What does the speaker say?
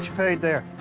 paid there.